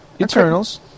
Eternals